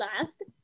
last